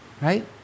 Right